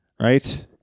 right